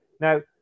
Now